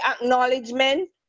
acknowledgement